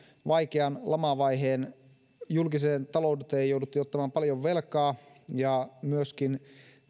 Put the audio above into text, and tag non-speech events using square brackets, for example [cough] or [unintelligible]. vaikean lamavaiheen julkiseen talouteen jouduttiin ottamaan paljon velkaa [unintelligible] [unintelligible] ja myöskin